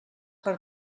per